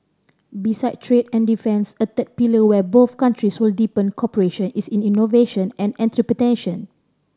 beside trade and defence a third pillar where both countries will deepen cooperation is in innovation and enter predation